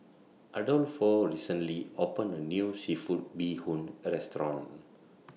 Adolfo recently opened A New Seafood Bee Hoon Restaurant